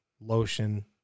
lotion